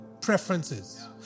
preferences